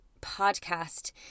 podcast